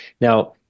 Now